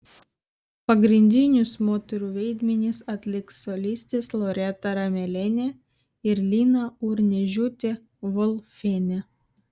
pagrindinius moterų vaidmenis atliks solistės loreta ramelienė ir lina urniežiūtė volfienė